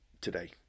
today